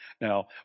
Now